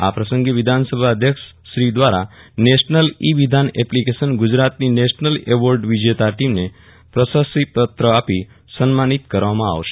આ પ્રસંગે વિધાનસભા અધ્યક્ષશ્રી દ્વારા નેશનલ ઇ વિધાન એપ્લીકેશન ગુજરાતની નેશનલ એવોર્ડ વિજેતા ટીમને પ્રશસ્તિપત્ર આપી સન્માનિત કરવામાં આવશે